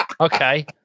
Okay